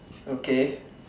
okay